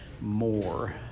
more